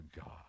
God